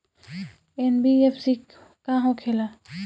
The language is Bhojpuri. एन.बी.एफ.सी का होंखे ला?